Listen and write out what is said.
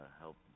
help